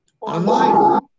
online